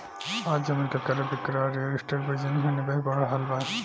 आज जमीन के क्रय विक्रय आ रियल एस्टेट बिजनेस में निवेश बढ़ रहल बा